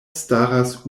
staras